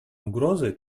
угрозой